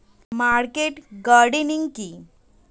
Market gardening কি?